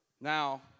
Now